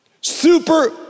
Super